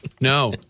No